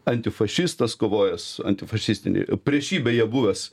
antifašistas kovojęs antifašistinėje priešybėje buvęs